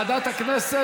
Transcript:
אז לוועדת הכנסת.